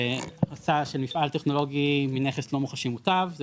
הכנסה של מפעל טכנולוגי מנכס לא מוחשי מוטב זה